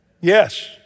Yes